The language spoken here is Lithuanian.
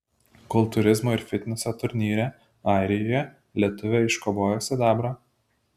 kultūrizmo ir fitneso turnyre airijoje lietuvė iškovojo sidabrą